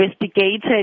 investigated